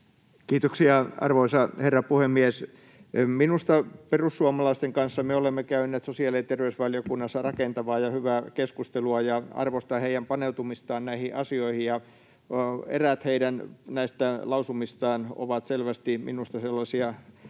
Kiitoksia, arvoisa herra puhemies! Minusta me olemme perussuomalaisten kanssa käyneet sosiaali- ja terveysvaliokunnassa rakentavaa ja hyvää keskustelua, ja arvostan heidän paneutumistaan näihin asioihin. Eräät näistä heidän lausumistaan ovat minusta sillä